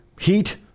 heat